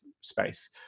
space